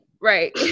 Right